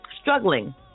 struggling